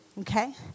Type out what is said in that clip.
Okay